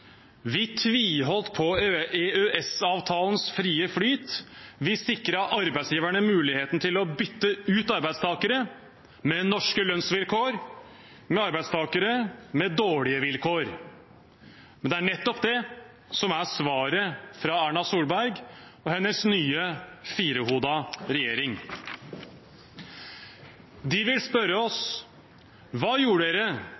vi tviholdt på EØS-avtalens frie flyt, vi sikret arbeidsgiverne muligheten til å bytte ut arbeidstakere med norske lønnsvilkår med arbeidstakere med dårlige vilkår. Men det er nettopp det som er svaret fra Erna Solberg og hennes nye firehodede regjering. De vil spørre